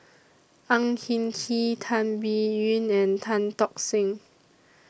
Ang Hin Kee Tan Biyun and Tan Tock Seng